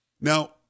Now